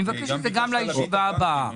אני מבקש זה גם לישיבה הבאה.